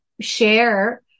share